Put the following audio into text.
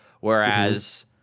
Whereas